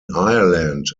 ireland